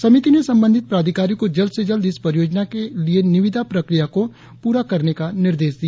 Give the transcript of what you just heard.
समिति ने संबंधित प्राधिकारी को जल्द से जल्द इस परियोजना के लिए निविदा प्रक्रिया को पूरा करने का निर्देश दिया